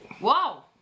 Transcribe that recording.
Wow